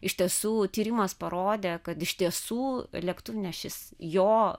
iš tiesų tyrimas parodė kad iš tiesų lėktuvnešis jo